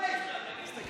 תסתכל